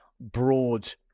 broad